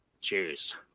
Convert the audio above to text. Cheers